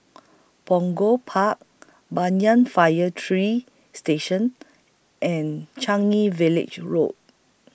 Punggol Park Banyan Fire three Station and Changi Village Road